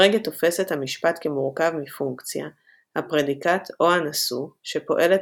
פרגה תופס את המשפט כמורכב מפונקציה – הפרדיקט או הנשוא – שפועלת